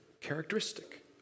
characteristic